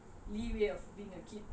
ya so